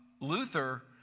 Luther